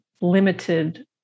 limited